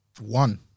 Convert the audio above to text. One